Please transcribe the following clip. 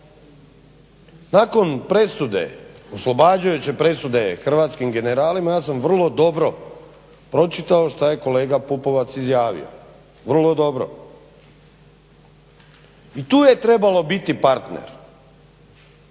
Nakon presude, oslobađajuće presude hrvatskim generalima ja sam vrlo dobro pročitao što je kolega Pupovac izjavio. Vrlo dobro! I tu je trebalo biti partner,